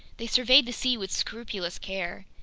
they surveyed the sea with scrupulous care.